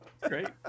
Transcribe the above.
great